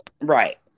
Right